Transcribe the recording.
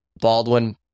Baldwin